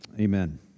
Amen